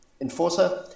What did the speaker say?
enforcer